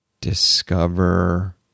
Discover